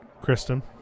Kristen